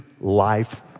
life